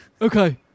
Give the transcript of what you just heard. Okay